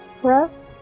press